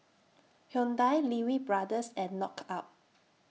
Hyundai Lee Wee Brothers and Knockout